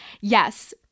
Yes